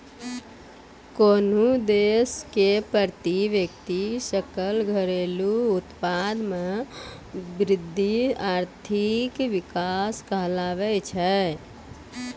कोन्हो देश के प्रति व्यक्ति सकल घरेलू उत्पाद मे वृद्धि आर्थिक विकास कहलाबै छै